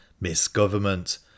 misgovernment